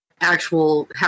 actual